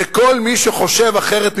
וכל מי שחושב אחרת ממנו,